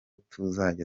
tuzajya